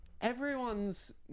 everyone's